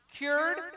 cured